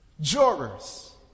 jurors